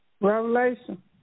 Revelation